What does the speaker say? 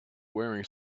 wearing